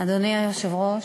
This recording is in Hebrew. אדוני היושב-ראש,